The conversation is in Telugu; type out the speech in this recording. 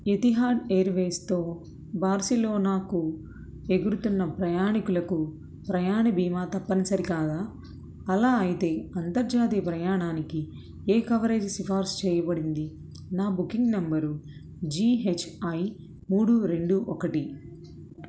ఎతిహాడ్ ఎయిర్వేస్తో బార్సిలోనాకు ఎగురుతున్న ప్రయాణికులకు ప్రయాణ బీమా తప్పనిసరి కాదా అలా అయితే అంతర్జాతీయ ప్రయాణానికి ఏ కవరేజ్ సిఫార్సు చేయబడింది నా booking number G H I మూడు రెండు ఒకటి